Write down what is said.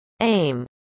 Aim